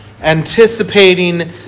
anticipating